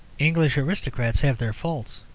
english aristocrats have their faults,